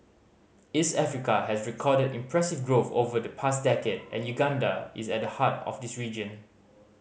East Africa has recorded impressive growth over the past decade and Uganda is at the heart of this region